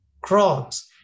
crops